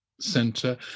Center